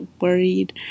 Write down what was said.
worried